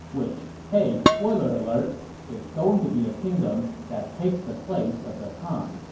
which hey spoiler alert is going to be the kingdom that takes the place of the han.